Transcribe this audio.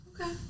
Okay